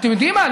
אתם יודעים מה?